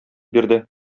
бирде